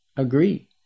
Agree